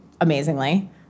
amazingly